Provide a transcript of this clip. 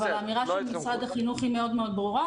האמירה של משרד החינוך היא ברורה מאוד.